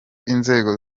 inzego